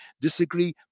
disagree